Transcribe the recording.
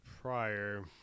prior